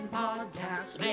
podcasts